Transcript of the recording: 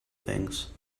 things